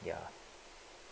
ya